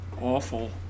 awful